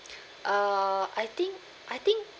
uh I think I think